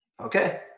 Okay